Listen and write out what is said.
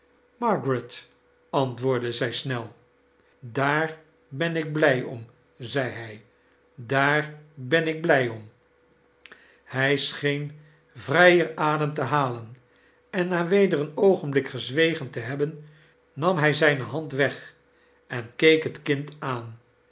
margaret antwoordde zij snel daar ben ik blij om zei hij daar ben ik blij om hij scheen vrijer adeni te halen en na weder een oogenblik gezwegen te hebben nam hij zijne hand weg en keek het kind aan